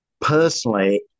personally